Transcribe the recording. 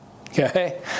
okay